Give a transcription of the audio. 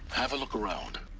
have a look around